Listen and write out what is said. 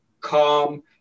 calm